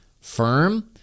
firm